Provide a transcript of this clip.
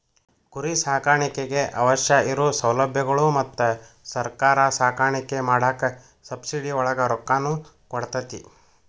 ಕುರಿ ಸಾಕಾಣಿಕೆಗೆ ಅವಶ್ಯ ಇರು ಸೌಲಬ್ಯಗಳು ಮತ್ತ ಸರ್ಕಾರಾ ಸಾಕಾಣಿಕೆ ಮಾಡಾಕ ಸಬ್ಸಿಡಿ ಒಳಗ ರೊಕ್ಕಾನು ಕೊಡತತಿ